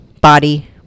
body